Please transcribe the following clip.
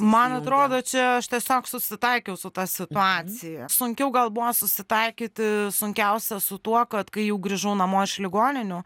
man atrodo čia aš tiesiog susitaikiau su ta situacija sunkiau gal buvo susitaikyti sunkiausia su tuo kad kai jau grįžau namo iš ligoninių